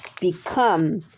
become